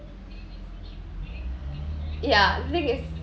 ya think it's